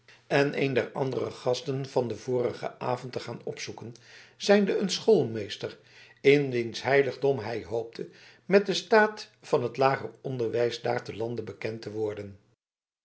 en een der andere gasten van den vorigen avond te gaan opzoeken zijnde een schoolmeester in wiens heiligdom hij hoopte met den staat van het lager onderwijs daar te lande bekend te worden